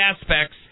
aspects